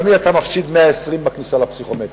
תמיד אתה מפסיד 120 בכניסה לפסיכומטרי.